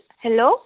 hello